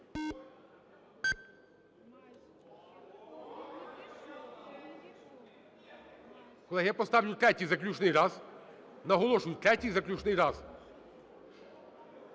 Колеги, я поставлю третій, заключний раз. Наголошую, третій, заключний раз.